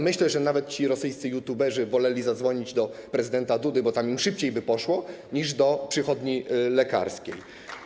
Myślę, że nawet rosyjscy youtuberzy woleli zadzwonić do prezydenta Dudy, bo tam im szybciej poszło, niż do przychodni lekarskiej.